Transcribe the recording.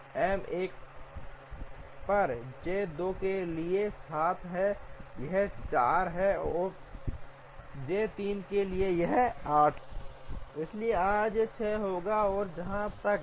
अब हमें जारी किए गए समय आरजे के साथ साथ नियत तिथियों की गणना करनी होगी इसलिए यदि हम एम 1 पर नौकरी 1 लेते हैं तो अब यह जल्द से जल्द उपलब्ध समय 0 के बराबर है इसलिए आरजे इसके लिए 0 होगा